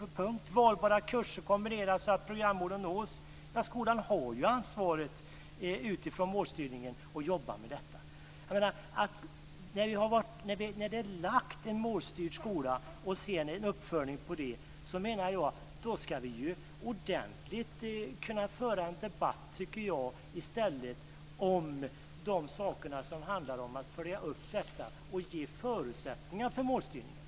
När det gäller att valbara kurser ska kombineras så att programmålen nås, vill jag säga att skolan utifrån målstyrningen har ansvaret att jobba med detta. När det har beslutats om en målstyrd skola och om en uppföljning av den, menar jag att vi i stället ska kunna föra en ordentlig debatt om förutsättningarna för målstyrningen.